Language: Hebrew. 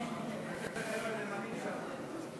שם או פה?